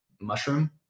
mushroom